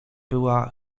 była